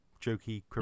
jokey